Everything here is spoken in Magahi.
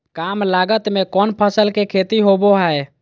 काम लागत में कौन फसल के खेती होबो हाय?